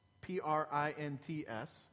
P-R-I-N-T-S